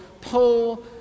pull